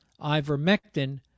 ivermectin